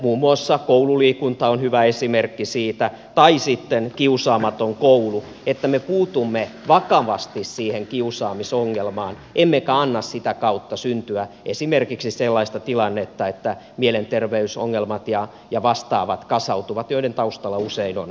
muun muassa koululiikunta on hyvä esimerkki siitä tai sitten kiusaamaton koulu se että me puutumme vakavasti siihen kiusaamisongelmaan emmekä anna sitä kautta syntyä esimerkiksi sellaista tilannetta että mielenterveysongelmat ja vastaavat kasautuvat joiden taustalla usein on koulukiusaamista